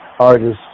artists